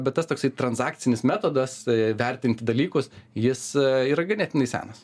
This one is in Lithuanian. bet tas toksai transakcinis metodas vertinti dalykus jis yra ganėtinai senas